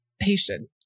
Patient